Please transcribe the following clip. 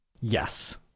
Yes